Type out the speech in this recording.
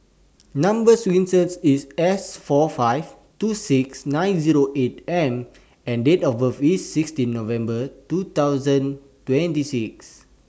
Number sequence IS S four five two six nine Zero eight M and Date of birth IS sixteen November two thousand twenty six